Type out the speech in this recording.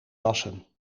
wassen